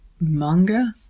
manga